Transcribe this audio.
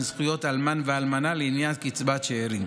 זכויות אלמן ואלמנה לעניין קצבת שאירים.